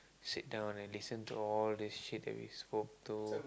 sit down and listen to all this shit that we spoke to